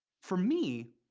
for me,